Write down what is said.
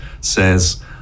says